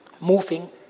moving